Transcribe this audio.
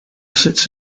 sits